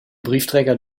briefträger